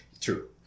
True